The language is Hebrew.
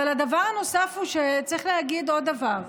אבל צריך להגיד עוד דבר: